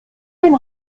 den